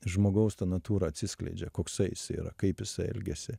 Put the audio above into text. žmogaus ta natūra atsiskleidžia koksai jis yra kaip jis elgiasi